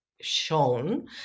shown